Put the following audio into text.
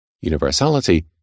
universality